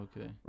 okay